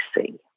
see